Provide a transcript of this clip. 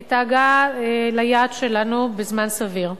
את ההגעה ליעד שלנו בזמן סביר,